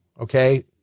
Okay